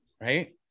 Right